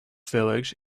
village